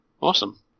Awesome